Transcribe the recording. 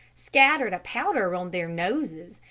scattered a powder on their noses,